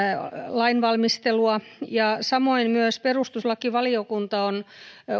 lainvalmistelua samoin myös perustuslakivaliokunta on